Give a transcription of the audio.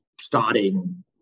starting